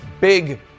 big